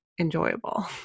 enjoyable